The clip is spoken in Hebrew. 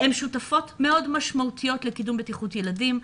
הן שותפות מאוד משמעותיות לקידום בטיחות ילדים.